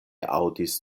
aŭdis